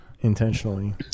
intentionally